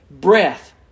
breath